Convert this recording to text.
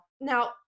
Now